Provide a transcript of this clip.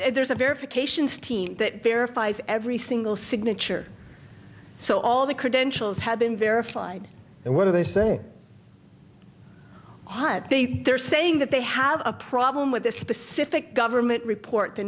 there's a verification steen that verifies every single signature so all the credentials have been verified and what are they saying what they're saying that they have a problem with this specific government report the